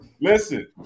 Listen